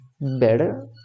better